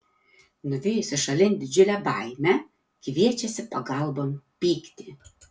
nuvijusi šalin didžiulę baimę kviečiasi pagalbon pyktį